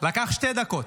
לקח שתי דקות,